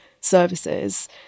services